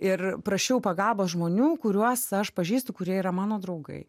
ir prašiau pagalbos žmonių kuriuos aš pažįstu kurie yra mano draugai